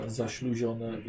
zaśluzione